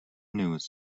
news